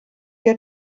der